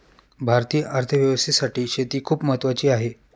भारतीय अर्थव्यवस्थेसाठी शेती खूप महत्त्वाची आहे